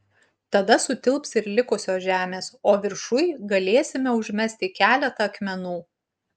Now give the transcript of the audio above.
tada sutilps ir likusios žemės o viršuj galėsime užmesti keletą akmenų